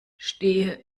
stehe